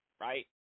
right